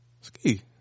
Ski